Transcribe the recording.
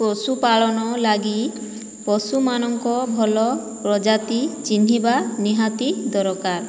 ପଶୁପାଳନ ଲାଗି ପଶୁମାନଙ୍କ ଭଲ ପ୍ରଜାତି ଚିହ୍ନିବା ନିହାତି ଦରକାର